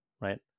Right